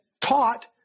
taught